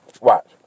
Watch